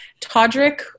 Todrick